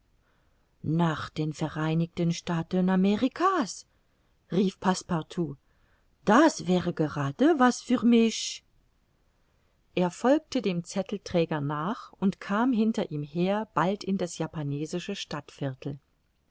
nach den vereinigten staaten amerika's rief passepartout das wäre gerade was für mich er folgte dem zettelträger nach und kam hinter ihm her bald in das japanesische stadtviertel